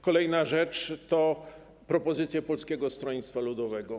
Kolejna rzecz to propozycje Polskiego Stronnictwa Ludowego.